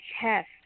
chest